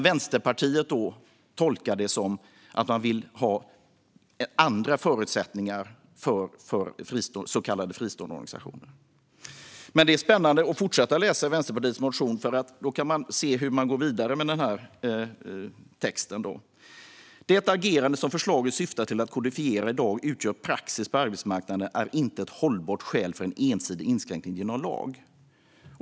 Vänsterpartiet tolkar det som att man vill ha andra förutsättningar för så kallade fristående organisationer. Det är spännande att fortsätta att läsa i Vänsterpartiets motion. Man kan se hur det går vidare med texten: "Att det agerande som förslaget syftar till att kodifiera i dag utgör praxis på arbetsmarknaden är inte ett hållbart skäl för en ensidig inskränkning genom lag."